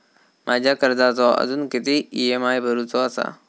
माझ्या कर्जाचो अजून किती ई.एम.आय भरूचो असा?